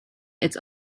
its